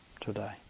today